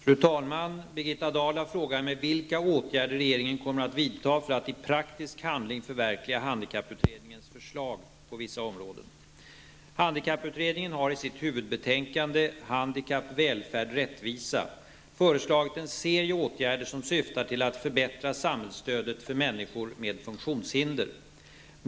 Fru talman! Birgitta Dahl har frågat mig vilka åtgärder regeringen kommer att vidta för att i praktisk handling förverkliga handikapputredningens förslag på vissa områden. Handikapp--Välfärd-- Rättvisa föreslagit en serie åtgärder som syftar till att förbättra samhällsstödet för människor med funktionshinder.